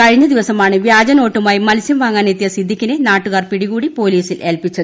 കഴിഞ്ഞ ദിവസമാണ് വ്യാജനോട്ടുമായി മത്സ്യം വാങ്ങാനെത്തിയ സിദ്ദിഖിനെ നാട്ടുകാർ പിടികൂടി പൊലീസിൽ ഏൽപ്പിച്ചത്